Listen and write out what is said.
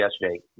yesterday